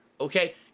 Okay